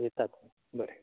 येतात बरें